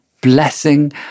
blessing